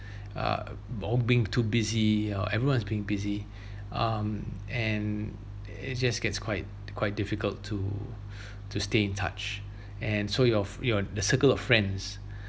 uh being too busy or everyone is being busy um and it's just gets quite quite difficult to to stay in touch and so your your the circle of friends